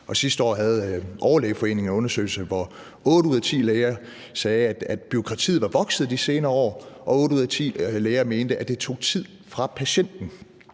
sidste år havde Overlægeforeningen en undersøgelse, hvor otte ud af ti læger sagde, at bureaukratiet var vokset de senere år, og otte ud af ti læger mente, at det tog tid fra patienten.